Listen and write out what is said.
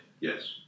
Yes